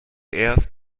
erst